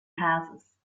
houses